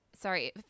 Sorry